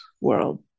world